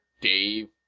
Dave